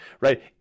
right